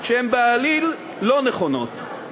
שהן בעליל לא נכונות.